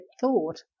thought